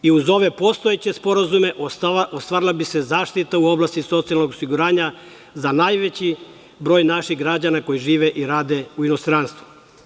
Uz ove postojeće sporazuma ostvarila bi se zaštita u oblasti socijalnog osiguranja za najveći broj naših građana koji žive i rade u inostranstvu.